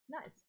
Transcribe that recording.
Nice